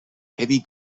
heavy